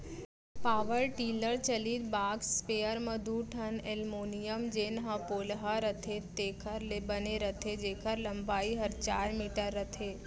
power tiller चलित बाग sprayer म दू ठन एलमोनियम जेन ह पोलहा रथे तेकर ले बने रथे जेकर लंबाई हर चार मीटर रथे